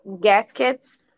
gaskets